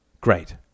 Great